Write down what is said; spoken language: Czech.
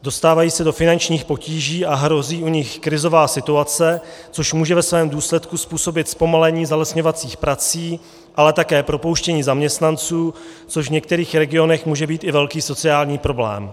Dostávají se do finančních potíží a hrozí u nich krizová situace, což může ve svém důsledku způsobit zpomalení zalesňovacích prací, ale také propouštění zaměstnanců, což v některých regionech může být i velký sociální problém.